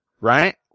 right